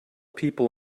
people